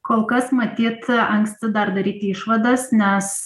kol kas matyt anksti dar daryti išvadas nes